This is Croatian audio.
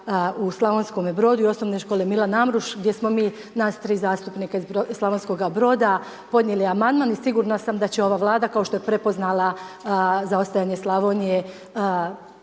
u Slavonskome Brodu i Osnovne škole Milan Amruš, gdje smo mi nas 3 zastupnika iz Slavonskoga Broda podnijeli amandman i sigurna sam da će ova Vlada kao što je prepoznala zaostajanje Slavonije